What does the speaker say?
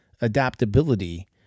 adaptability